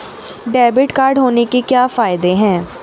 Debit card होने के क्या फायदे हैं?